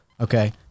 Okay